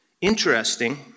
Interesting